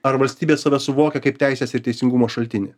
ar valstybė save suvokia kaip teisės ir teisingumo šaltinį